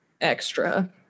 extra